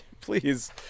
please